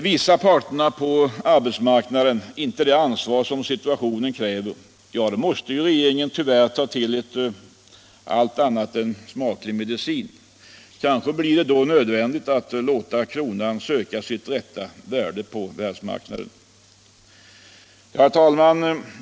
Visar parterna på arbetsmarknaden inte det ansvar som situationen kräver, då måste regeringen tyvärr ta till en allt annat än smaklig medicin. Kanske blir det nödvändigt att låta kronan söka sitt rätta värde på världsmarknaden. Herr talman!